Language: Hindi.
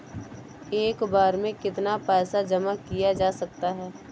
एक बार में कितना पैसा जमा किया जा सकता है?